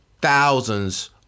thousands